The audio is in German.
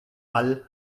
all